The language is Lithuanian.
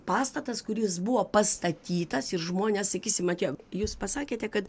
pastatas kuris buvo pastatytas ir žmonės sakysim atėjo jūs pasakėte kad